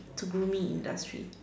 to grooming industry